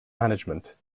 management